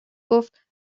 گفت